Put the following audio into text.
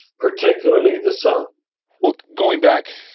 particularly the son well, going back.